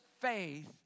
faith